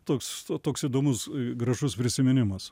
toks toks įdomus gražus prisiminimas